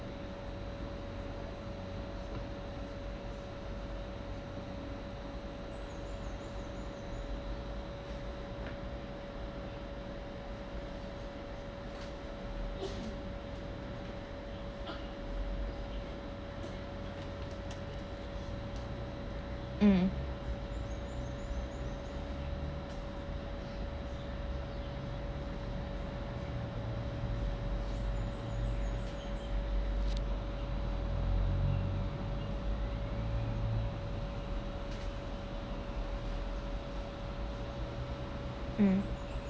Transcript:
um um